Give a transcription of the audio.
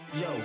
Yo